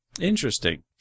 Interesting